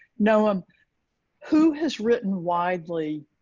noam, um who has written widely,